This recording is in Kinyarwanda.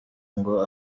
ngo